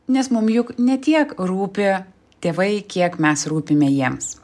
nes mum juk ne tiek rūpi tėvai kiek mes rūpime jiems